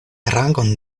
rangon